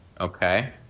Okay